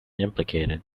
implicated